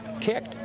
kicked